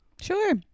Sure